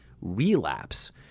relapse